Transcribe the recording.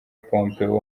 pompeo